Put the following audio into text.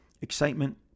excitement